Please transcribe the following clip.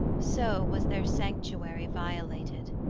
so was their sanctuary violated,